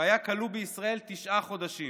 והיה כלוא בישראל תשעה חודשים.